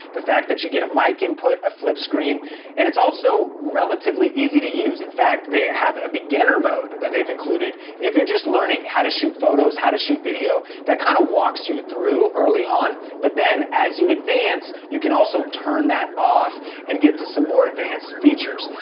the fact that you get a mic input, a flip screen and it's also relatively easy to use. in fact, they have a beginner mode that they've included. if you're just learning how to shoot photos, how to shoot video, that kind of walks you through early on. but then, as you advance, you can also turn that off and get to some more advanced features.